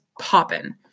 popping